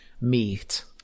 meet